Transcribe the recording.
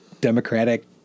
Democratic